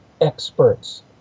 experts